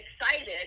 excited